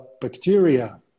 bacteria